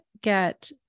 get